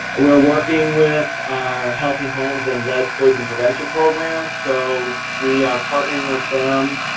we're working with our healthy homes and lead poison prevention program, so we are partnering with them.